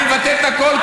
אני מבטל את הכול,